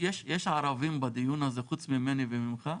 יש ערבים בדיון הזה חוץ ממני וממך?